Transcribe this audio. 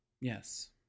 Yes